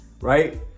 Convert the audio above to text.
right